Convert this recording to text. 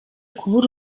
kubura